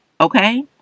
Okay